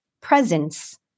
presence